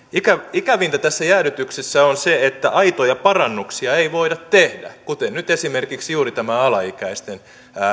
ikävintä tässä jäädytyksessä on se että aitoja parannuksia ei voida tehdä kuten nyt esimerkiksi juuri tämä alaikäisten